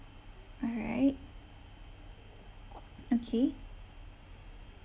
all right okay